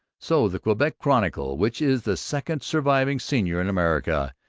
so the quebec chronicle, which is the second surviving senior in america,